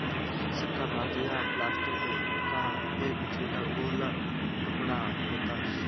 सिक्का धातु या प्लास्टिक का एक छोटा गोल टुकड़ा होता है